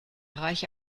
reiche